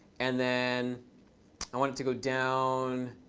and then i want it to go down.